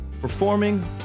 performing